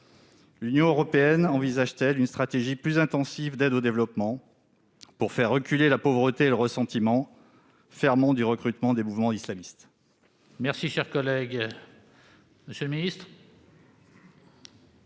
L'Union européenne envisage-t-elle une stratégie plus intensive d'aide au développement, pour faire reculer la pauvreté et le ressentiment, ferments du recrutement des mouvements islamistes ?